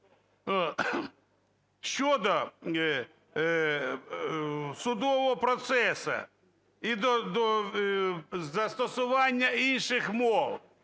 щодо судового процесу і застосовування інших мов.